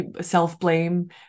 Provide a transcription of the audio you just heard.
self-blame